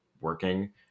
working